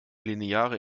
lineare